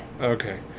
Okay